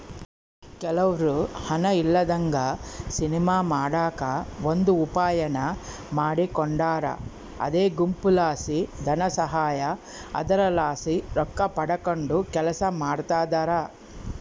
ಕೆಲವ್ರು ಹಣ ಇಲ್ಲದಂಗ ಸಿನಿಮಾ ಮಾಡಕ ಒಂದು ಉಪಾಯಾನ ಮಾಡಿಕೊಂಡಾರ ಅದೇ ಗುಂಪುಲಾಸಿ ಧನಸಹಾಯ, ಅದರಲಾಸಿ ರೊಕ್ಕಪಡಕಂಡು ಕೆಲಸ ಮಾಡ್ತದರ